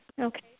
okay